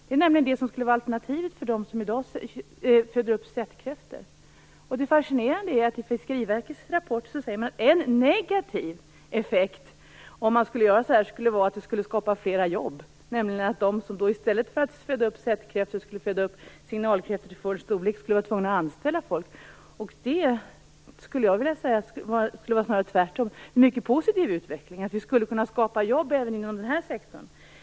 Det är nämligen det som skulle vara alternativet för dem som i dag föder upp sättkräftor. Det fascinerande är att Fiskeriverket i sin rapport säger att en negativ effekt av det skulle vara att det skulle skapa flera jobb. De som i stället för att föda upp sättkräftor skulle föda upp signalkräftor till full storlek skulle vara tvungna att anställa folk. Jag skulle vilja säga att det snarare tvärtom skulle vara en mycket positiv utveckling. Vi skulle kunna skapa jobb även inom denna sektor.